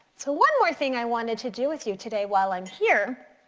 so one more thing i wanted to do with you today while i'm here,